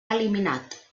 eliminat